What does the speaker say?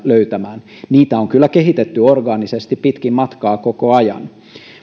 löytämään niitä on kyllä kehitetty orgaanisesti pitkin matkaa koko ajan